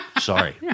Sorry